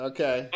Okay